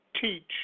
teach